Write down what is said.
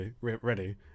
ready